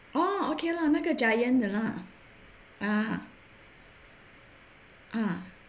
orh okay lah 那个 giant 的 lah ah ah